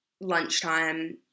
lunchtime